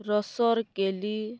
ରସର୍କେଲି